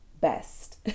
best